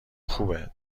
خوبه